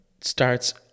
starts